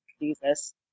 Jesus